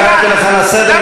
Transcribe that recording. קראתי אותך לסדר,